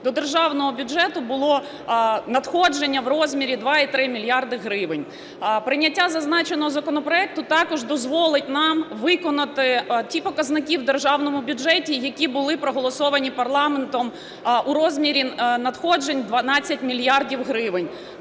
До державного бюджету було надходження в розмірі 2,3 мільярда гривень. Прийняття зазначеного законопроекту також дозволить нам виконати ті показники в державному бюджеті, які були проголосовані парламентом у розмірі надходжень 12 мільярдів